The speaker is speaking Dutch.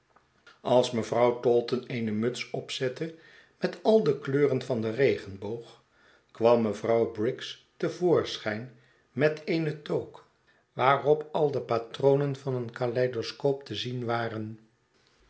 als mevrouw taunton eene muts opzette met al de kleuren van den regenboog kwam mevrouw briggs te voorschijn met eene toque waarop ai de patronen van een caleidoscoop te zien waren